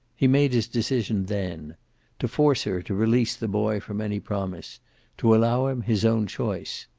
he made his decision then to force her to release the boy from any promise to allow him his own choice.